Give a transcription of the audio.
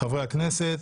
חברי הכנסת